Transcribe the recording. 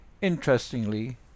Interestingly